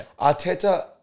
Arteta